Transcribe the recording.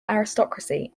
aristocracy